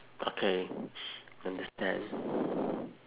okay understand